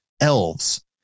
elves